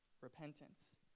repentance